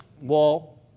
wall